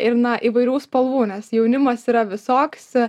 ir na įvairių spalvų nes jaunimas yra visoks